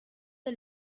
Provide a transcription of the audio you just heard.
the